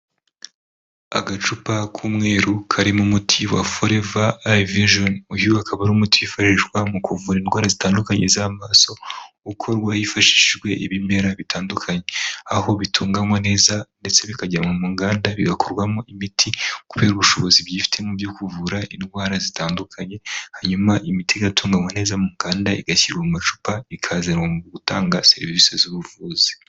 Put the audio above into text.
Agacupa k'umweru, karimo umuti wa foreva ayi vijoni, uyu ukaba ari umuti wifashishwa mu kuvura indwara zitandukanye z'amaso, ukorwa hifashishijwe ibimera bitandukanye, aho bitunganywa neza ndetse bikajyanwa mu nganda bigakorwamo imiti. Kubera ubushobozi byifitemo byo kuvura indwara zitandukanye, hanyuma imiti igatunganywa neza munganda, igashyirwa mu macupa ikazanwa mu gutanga serivisi z'ubuvuzi.